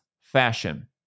fashion